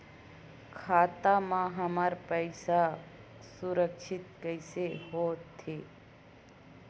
खाता मा हमर पईसा सुरक्षित कइसे हो थे?